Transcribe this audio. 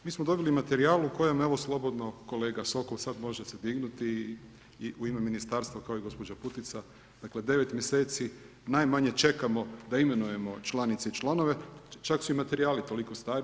Mi smo dobili materijal u kojem slobodno kolega Sokol sada može se dignuti i u ime ministarstva kao i gospođa Putica dakle devet mjeseci najmanje čekamo da imenujemo članice i članove, čak su i materijali tako stari.